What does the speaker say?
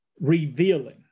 revealing